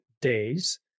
days